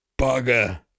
bugger